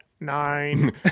nine